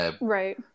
Right